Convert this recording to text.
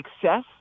success